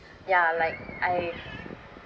ya like I